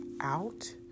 out